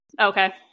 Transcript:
Okay